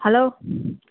hello